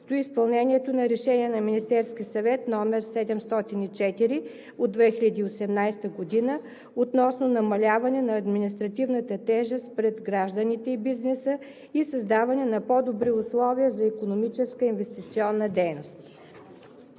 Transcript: стои изпълнението на Решение на Министерския съвет № 704 от 2018 г. относно намаляване на административната тежест пред гражданите и бизнеса и създаване на по-добри условия за икономическа и инвестиционна дейност.